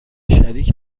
شریک